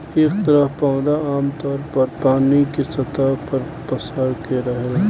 एह तरह पौधा आमतौर पर पानी के सतह पर पसर के रहेला